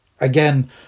Again